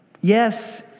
Yes